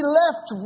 left